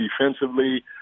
defensively